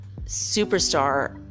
superstar